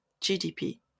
GDP